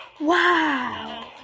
Wow